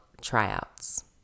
Tryouts